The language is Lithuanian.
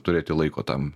turėti laiko tam